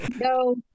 No